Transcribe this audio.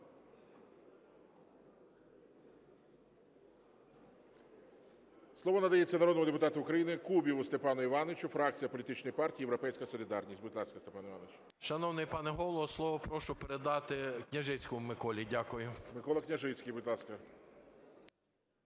Слово надається народному депутату України Кубіву Степану Івановичу, фракція політичної партії "Європейська солідарність". Будь ласка, Степан Іванович. 13:43:48 КУБІВ С.І. Шановний пане Голово, слово прошу передати Княжицькому Миколі. Дякую. ГОЛОВУЮЧИЙ. Микола Княжицький, будь ласка.